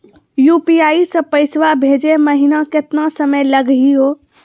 UPI स पैसवा भेजै महिना केतना समय लगही हो?